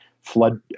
flood